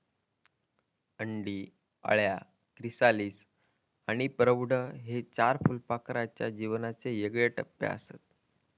अंडी, अळ्या, क्रिसालिस आणि प्रौढ हे चार फुलपाखराच्या जीवनाचे चार येगळे टप्पेआसत